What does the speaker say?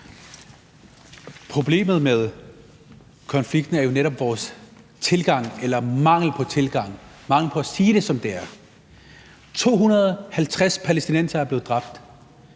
Problemet med konflikten er jo netop vores tilgang eller mangel på tilgang – mangel på at sige det, som det er. 250 palæstinensere er blevet dræbt